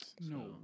No